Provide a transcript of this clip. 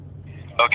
Okay